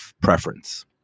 preference